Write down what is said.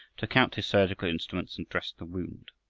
took out his surgical instruments and dressed the wound.